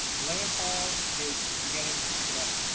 lamb hall is beginning today.